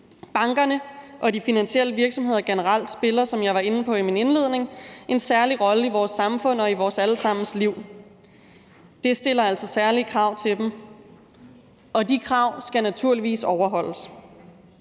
Bankerne og de finansielle virksomheder generelt spiller, som jeg var inde på i min indledning, en særlig rolle i vores samfund og i vores alle sammens liv. Det stiller altså særlige krav til dem, og de krav skal naturligvis overholdes.